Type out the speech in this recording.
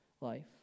life